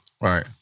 Right